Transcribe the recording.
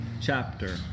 chapter